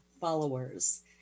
followers